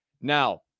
Now